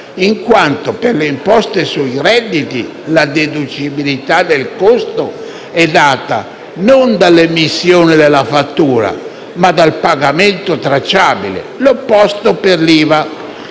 in quanto per le imposte sui redditi la deducibilità del costo è data non dall'emissione della fattura, ma dal pagamento tracciabile; l'opposto per l'IVA,